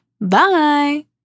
Bye